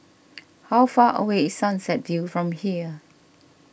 how far away is Sunset View from here